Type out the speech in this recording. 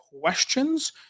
questions